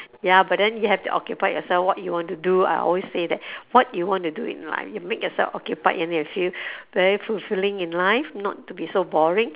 ya but then you have to occupied yourself what you want to do I always say that what you want to do in life you make yourself occupied and then you feel very fulfilling in life not to be so boring